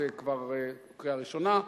זו כבר קריאה ראשונה.